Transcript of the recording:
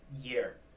year